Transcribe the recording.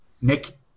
Nick